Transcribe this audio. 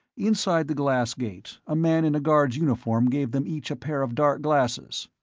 inside the glass gate, a man in a guard's uniform gave them each a pair of dark glasses.